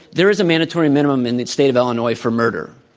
there is a mandatory minimum in the state of illinois for murder.